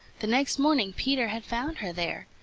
the next morning peter had found her there.